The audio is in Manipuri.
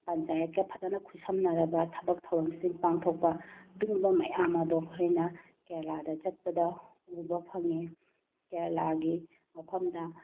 ꯄꯟꯆꯥꯌꯦꯠꯀ ꯐꯖꯅ ꯈꯨꯠꯁꯝꯅꯔꯒ ꯊꯕꯛ ꯊꯧꯔꯝꯁꯤꯡ ꯄꯥꯡꯊꯣꯛꯄ ꯑꯗꯨꯒꯨꯝꯕ ꯃꯌꯥꯝ ꯑꯗꯣ ꯑꯩꯈꯣꯏꯅ ꯀꯦꯔꯂꯥꯗ ꯆꯠꯄꯗ ꯎꯕ ꯐꯪꯏ ꯀꯦꯔꯂꯥꯒꯤ ꯃꯐꯝꯗ